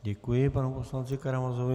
Děkuji panu poslanci Karamazovi.